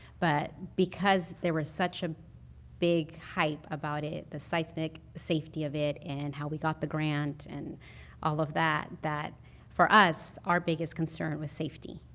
but because there was such a big hype about it, the seismic safety of it and how we got the grant and all of that, that for us our biggest concern was safety.